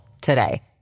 today